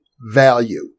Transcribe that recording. value